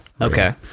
Okay